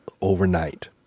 overnight